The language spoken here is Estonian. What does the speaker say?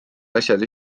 asjad